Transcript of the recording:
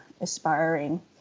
aspiring